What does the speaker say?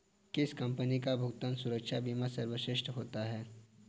किस कंपनी का भुगतान सुरक्षा बीमा सर्वश्रेष्ठ होता है?